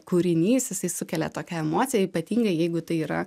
kūrinys jisai sukelia tokią emociją ypatingai jeigu tai yra